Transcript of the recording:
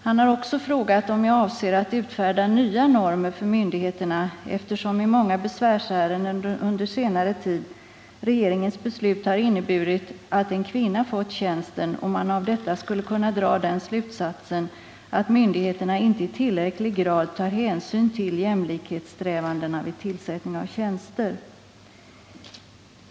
Han har också frågat om jag avser att utfärda nya normer för myndigheterna, eftersom i många besvärsärenden under senare tid regeringens beslut har inneburit att en kvinna fått tjänsten och man av detta skulle kunna dra den slutsatsen, att myndigheterna inte i tillräcklig grad tar hänsyn till ”jämlikhetssträvandena” vid tillsättning av tjänster.